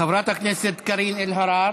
חברת הכנסת קארין אלהרר.